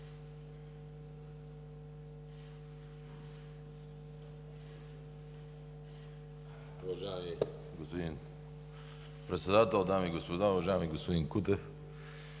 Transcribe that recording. Председател, дами и господа! Уважаеми господин Кутев,